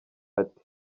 ati